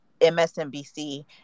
MSNBC